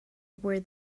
where